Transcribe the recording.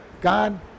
God